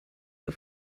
der